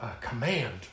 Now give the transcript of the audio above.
command